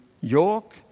York